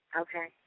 Okay